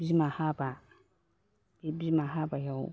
बिमा हाबा बे बिमा हाबायाव